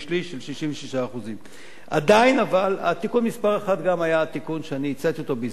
של 66%. תיקון מס' 1 היה גם תיקון שאני הצעתי בזמנו,